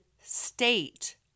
state